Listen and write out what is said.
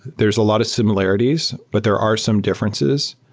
there's a lot of similarities, but there are some differences.